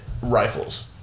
rifles